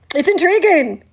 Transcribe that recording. it's intriguing.